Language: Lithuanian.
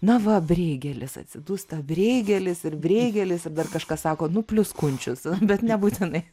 na va breigelis atsidūsta breigelis ir breigelis tai dar kažkas sako nu plius kunčius bet nebūtinai